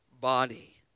body